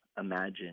imagine